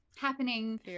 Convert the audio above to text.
happening